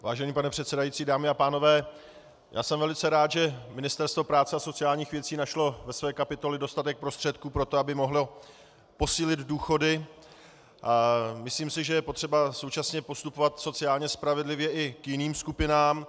Vážený pane předsedající, dámy a pánové, já jsem velice rád, že Ministerstvo práce a sociálních věcí našlo ve své kapitole dostatek prostředků pro to, aby mohlo posílit důchody, a myslím si, že je potřeba současně postupovat sociálně spravedlivě i k jiným skupinám.